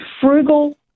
frugal